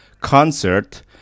concert